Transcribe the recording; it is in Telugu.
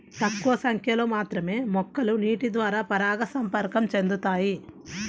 తక్కువ సంఖ్యలో మాత్రమే మొక్కలు నీటిద్వారా పరాగసంపర్కం చెందుతాయి